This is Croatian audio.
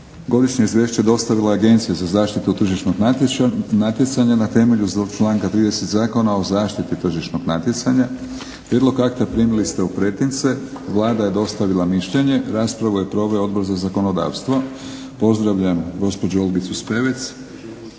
Godišnje izvješće dostavila je Agencija za zaštitu tržišnog natjecanja na temelju članka 30. Zakona o zaštiti tržišnog natjecanja. Prijedlog akta primili ste u pretince. Vlada je dostavila mišljenje. Raspravu je proveo Odbor za zakonodavstvo. Pozdravljam gospođu Olgicu Spevec